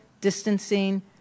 distancing